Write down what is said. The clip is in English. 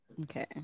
Okay